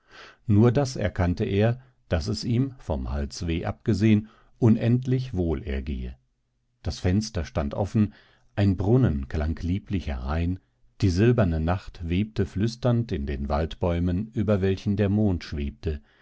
nur das erkannte er daß es ihm vom halsweh abgesehen unendlich wohl ergehe das fenster stand offen ein brunnen klang lieblich herein die silberne nacht webte flüsternd in den waldbäumen über welchen der mond schwebte